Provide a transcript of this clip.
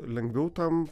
lengviau tam